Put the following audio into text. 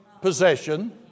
possession